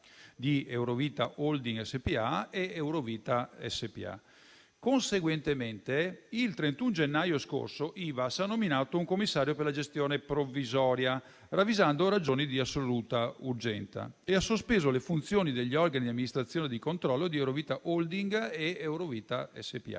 di Eurovita holding SpA e Eurovita SpA. Conseguentemente, il 31 gennaio scorso, Ivass ha nominato un commissario per la gestione provvisoria, ravvisando ragioni di assoluta urgenza, e ha sospeso le funzioni degli organi di amministrazione e di controllo di Eurovita holding e Eurovita SpA,